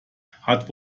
hat